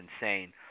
insane